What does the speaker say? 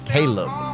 Caleb